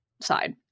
side